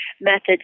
methods